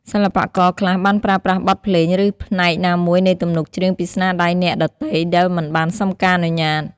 សិល្បករខ្លះបានប្រើប្រាស់បទភ្លេង ឬផ្នែកណាមួយនៃទំនុកច្រៀងពីស្នាដៃអ្នកដទៃដោយមិនបានសុំការអនុញ្ញាត។